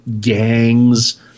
gangs